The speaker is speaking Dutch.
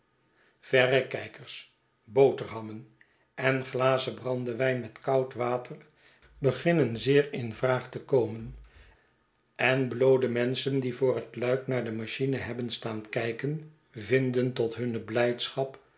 verrekijkers boterhammen en glazen brandewijn met koud water beginnen zeer in vraag i te komen en bloode menschen die voor het luik naar de machine hebben staankijken vinden tot hunne blijdschap